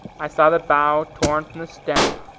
i saw the bough torn from the stem,